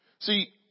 See